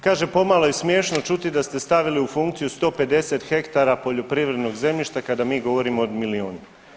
Kaže pomalo je smiješno čuti da ste stavili u funkciju 150 hektara poljoprivrednog zemljišta kada mi govorimo od milijun.